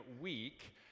week